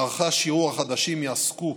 מערכי השיעור החדשים יעסקו